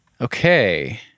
Okay